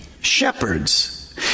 shepherds